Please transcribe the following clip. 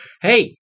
Hey